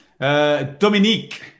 Dominique